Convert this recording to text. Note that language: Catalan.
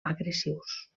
agressius